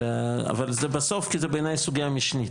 אבל זה בסוף בעיניי סוגייה משנית.